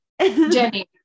Jenny